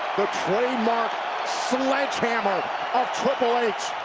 the trademark sledgehammer of triple h.